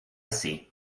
see